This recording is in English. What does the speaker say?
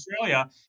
Australia